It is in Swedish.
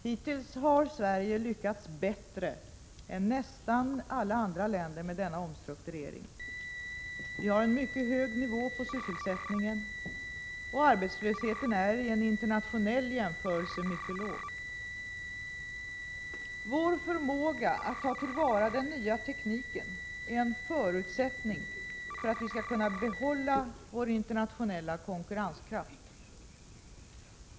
Hittills har Sverige lyckats bättre än nästan alla andra länder med denna omstrukturering. Vi har en mycket hög nivå på sysselsättningen, och arbetslösheten är i en internationell jämförelse mycket låg. Vår förmåga att ta till vara den nya tekniken är en förutsättning för att vi skall kunna behålla vår internationella konkurrenskraft.